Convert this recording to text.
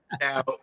now